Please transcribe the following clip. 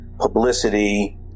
publicity